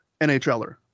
nhler